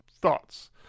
thoughts